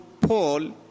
Paul